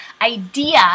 idea